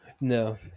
No